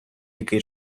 який